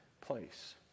place